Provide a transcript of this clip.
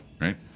right